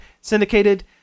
syndicated